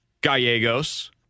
Gallegos